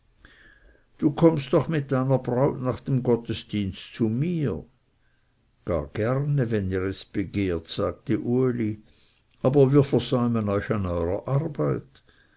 du kommst doch mit deiner braut nach dem gottesdienst zu mir gar gerne wenn ihr es begehret sagte uli aber wir versäumen euch an eurer arbeit